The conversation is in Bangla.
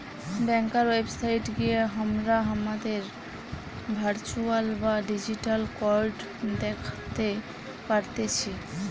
ব্যাংকার ওয়েবসাইট গিয়ে হামরা হামাদের ভার্চুয়াল বা ডিজিটাল কার্ড দ্যাখতে পারতেছি